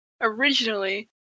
originally